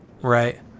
right